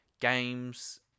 games